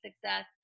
success